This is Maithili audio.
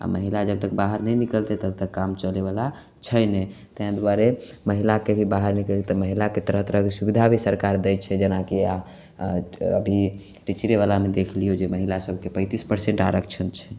आ महिला जब तक बाहर नहि निकलतै तब तक काम चलै बला छै नहि ताहि दुआरे महिलाके भी बाहर निकलै तऽ महिलाके तरह तरहके सुबिधा भी सरकार दै छै जेनाकि अभी टीचरे बलामे देखि लियौ जे महिला सबके पैंतीस पर्सेंट आरक्षण छै